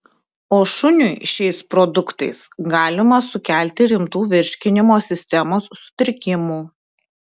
o šuniui šiais produktais galima sukelti rimtų virškinimo sistemos sutrikimų